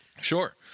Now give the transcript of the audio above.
sure